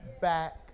back